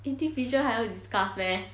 individual 还要 discuss meh